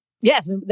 yes